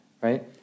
right